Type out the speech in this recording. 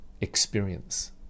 experience